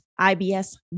IBS